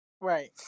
right